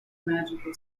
magical